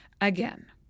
again